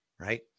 Right